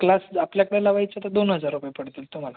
class आपल्याकडे लावायचे तर दोन हजार रुपये पडतील तुम्हाला